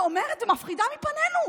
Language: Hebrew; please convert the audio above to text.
שמפחידה מפנינו,